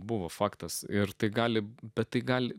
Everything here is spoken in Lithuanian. buvo faktas ir tai gali bet gali